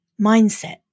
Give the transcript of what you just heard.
mindset